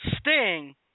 Sting